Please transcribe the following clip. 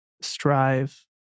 strive